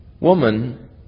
Woman